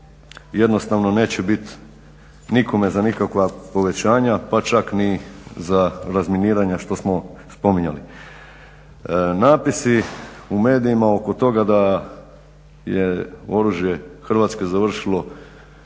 jednostavno neće bit nikome za nikakva povećanja pa čak niti ni za razminiranja što smo spominjali. Natpisi u medijima oko toga da je oružje Hrvatske završilo